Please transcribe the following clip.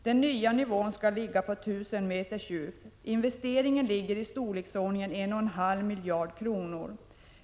Den nya nivån skall ligga på 1 000 m djup. Investeringen är i storleksordningen 1,5 miljarder kronor.